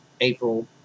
April